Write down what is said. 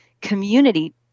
community